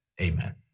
amen